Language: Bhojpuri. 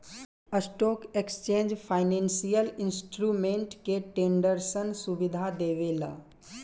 स्टॉक एक्सचेंज फाइनेंसियल इंस्ट्रूमेंट के ट्रेडरसन सुविधा देवेला